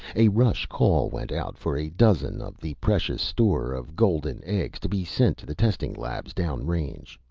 a rush call went out for a dozen of the precious store of golden eggs to be sent to the testing labs down range.